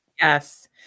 Yes